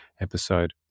episode